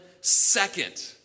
second